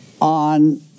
on